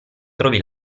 trovi